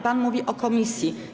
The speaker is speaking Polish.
Pan mówi o komisji.